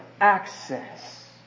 access